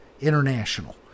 international